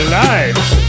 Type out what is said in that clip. lives